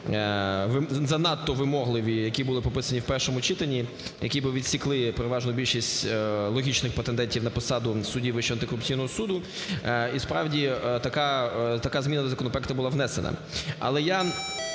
занадто вимогливі, які були прописані в першому читанні, які би відсікли переважну більшість логічних претендентів на посаду суддів Вищого антикорупційного суду. І справді, така зміна до законопроекту була внесена. Але я